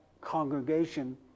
congregation